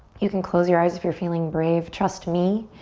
you can close your eyes if you're feeling brave. trust me.